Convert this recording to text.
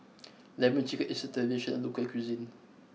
Lemon Chicken is the traditional local cuisine